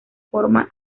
forma